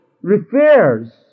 Refers